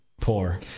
Poor